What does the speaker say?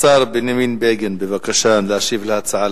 השר בנימין בגין, בבקשה להשיב על ההצעה